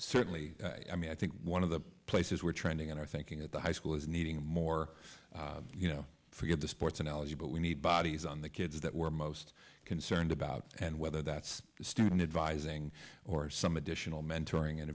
certainly i mean i think one of the places we're trending in our thinking at the high school is needing more you know forget the sports analogy but we need bodies on the kids that we're most concerned about and whether that's student advising or some additional mentoring an